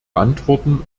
antworten